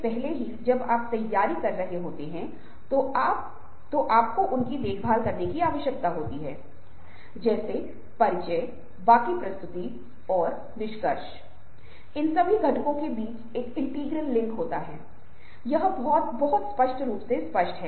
संभवतः इसलिए हम अपने जीवन में विज़ुअल्स का बहुत उपयोग करते हैंक्यूंकि वह एक बहुत मजबूत भावनात्मक प्रभाव का है इसलिए संचार वातावरण में शायद अब यह अत्यधिक बहस का मुद्दा है और दृश्य बहुत महत्वपूर्ण हो गए हैं